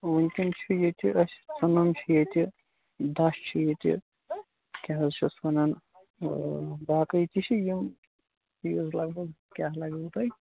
وُنۍکیٚن چھِ ییٚتہِ اسہِ ژٕنَن چھِ ییٚتہِ دَچھ چھِ ییٚتہِ کیٛاہ حظ چھِ اَتھ وَنان باقٕے تہِ چھِ یِم چیٖز لگ بگ کیٛاہ لَگوٕ تۄہہِ